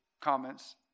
comments